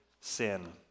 sin